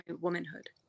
womanhood